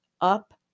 up